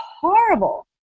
horrible